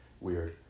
weird